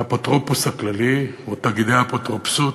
והאפוטרופוס הכללי, או תאגידי האפוטרופסות,